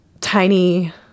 tiny